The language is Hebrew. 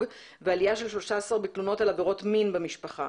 ועליה של 13% בתלונות על עבירות מין במשפחה.